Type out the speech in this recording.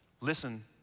listen